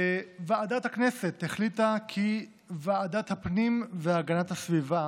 ועדת הכנסת החליטה כי ועדת הפנים והגנת הסביבה